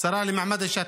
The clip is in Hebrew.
השרה למעמד האישה.